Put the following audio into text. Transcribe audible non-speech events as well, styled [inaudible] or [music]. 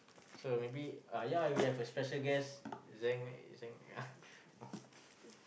so maybe uh ya we have a special guest Zhang Zhang [laughs]